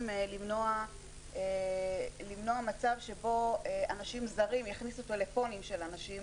למנוע מצב שבו אנשים זרים יכניסו טלפונים של אנשים